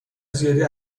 زیادی